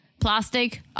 plastic